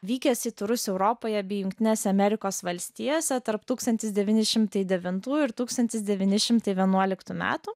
vykęs į turus europoje bei jungtinėse amerikos valstijose tarp tūkstantis devyni šimtai devintų ir tūkstantis devyni šimtai vienuoliktų metų